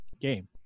game